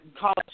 college